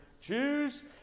Jews